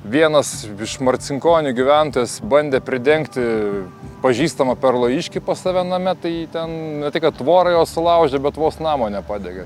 vienas iš marcinkonių gyventojas bandė pridengti pažįstamą perlojiškį pas save name tai ten ne tai kad tvorą jo sulaužė bet vos namo nepadegė